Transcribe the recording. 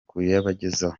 kuyabagezaho